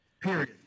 period